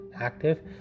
active